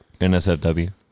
NSFW